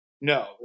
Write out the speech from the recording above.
no